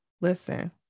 listen